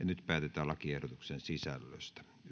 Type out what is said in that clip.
nyt päätetään lakiehdotuksen sisällöstä